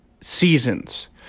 seasons